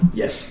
yes